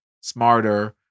smarter